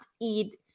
eat